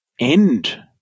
end